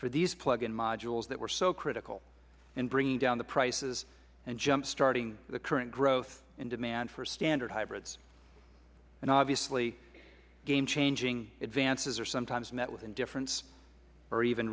for these plug in modules that were so critical in bringing down the prices and jump starting the current growth and demand for standard hybrids obviously game changing advances are sometimes met with indifference or even